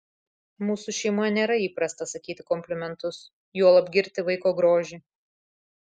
mūsų šeimoje nėra įprasta sakyti komplimentus juolab girti vaiko grožį